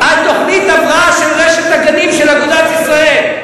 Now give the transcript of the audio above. תוכנית הבראה של רשת הגנים של אגודת ישראל,